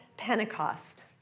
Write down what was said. Pentecost